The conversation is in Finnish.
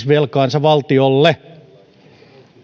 velkaansa valtiolle